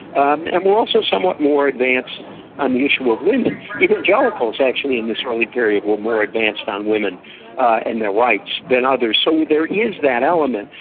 and and were also somewhat more advanced on the issue of women. evangelicals actually in this early period were more advanced on women and their rights than others. so there is that element,